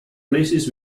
places